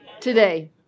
today